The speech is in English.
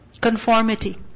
Conformity